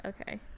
Okay